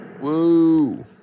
Woo